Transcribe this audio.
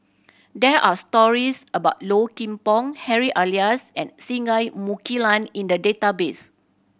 there are stories about Low Kim Pong Harry Elias and Singai Mukilan in the database